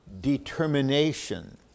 determination